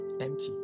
empty